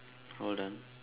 hold on